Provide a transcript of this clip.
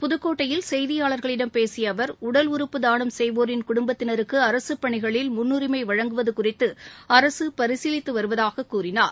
புதுக்கோட்டையில் செய்தியாளர்களிடம் பேசிய அவர் உடல் உறுப்பு தானம் செய்வோரின் குடும்பத்தினருக்கு அரசு பணிகளில் முன்னுரிமை வழங்குவது குறித்து அரசு பரிசீலித்து வருவதாகவும் கூறினார்